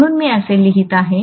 म्हणून मी असे लिहित आहे